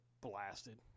blasted